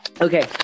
Okay